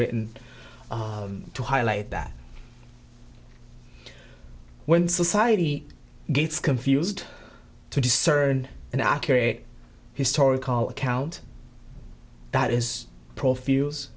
written to highlight that when society gets confused to discern an accurate historical account that is pro